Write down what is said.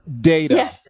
data